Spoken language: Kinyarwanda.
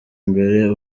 mbere